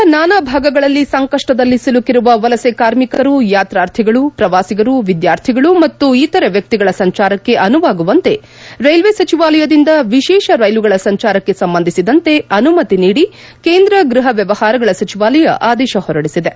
ದೇಶದ ನಾನಾ ಭಾಗಗಳಲ್ಲಿ ಸಂಕಷ್ಟದಲ್ಲಿ ಸಿಲುಕಿರುವ ವಲಸೆ ಕಾರ್ಮಿಕರು ಯಾತ್ರಾರ್ಥಿಗಳು ಪ್ರವಾಸಿಗರು ವಿದ್ಯಾರ್ಥಿಗಳು ಮತ್ತು ಇತರೆ ವ್ಯಕ್ತಿಗಳ ಸಂಚಾರಕ್ಕೆ ಅನುವಾಗುವಂತೆ ರೈಲ್ವೆ ಸಚಿವಾಲಯದಿಂದ ವಿಶೇಷ ರೈಲುಗಳ ಸಂಚಾರಕ್ಕೆ ಸಂಬಂಧಿಸಿದಂತೆ ಅನುಮತಿ ನೀಡಿ ಕೇಂದ್ರ ಗೃಹ ವ್ಯವಹಾರಗಳ ಸಚಿವಾಲಯ ಆದೇಶ ಹೊರಡಿಸಿದೆ